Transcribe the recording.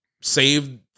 save